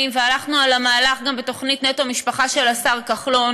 והלכנו על המהלך גם בתוכנית "נטו משפחה" של השר כחלון,